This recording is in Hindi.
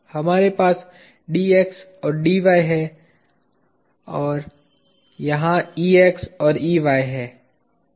आपके यहाँ Dx और Dy है आपके यहाँ Ex और Ey है